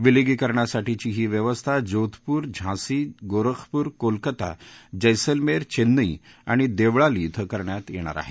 विलगीकरणासाठीची ही व्यवस्था जोधपूर झांसी गोरखपूर कोलकाता जेसलमेर चेन्नई आणि देवळाली इथं करण्यात येणार आहे